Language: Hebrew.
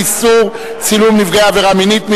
איסור צילום נפגעי עבירה מינית).